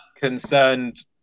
concerned